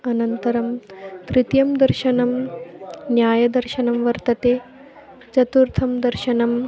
अनन्तरं तृतीयं दर्शनं न्यायदर्शनं वर्तते चतुर्थं दर्शनम्